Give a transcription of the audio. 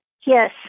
Yes